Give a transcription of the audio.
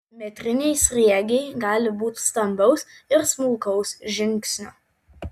metriniai sriegiai gali būti stambaus ir smulkaus žingsnio